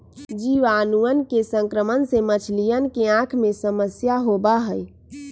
जीवाणुअन के संक्रमण से मछलियन के आँख में समस्या होबा हई